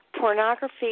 Pornography